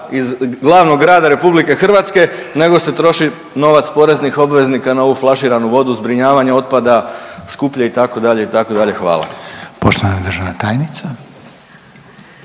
iz glavnog grada RH nego se troši novac poreznih obveznika na ovu flaširanu vodu, zbrinjavanje otpada skuplje itd.,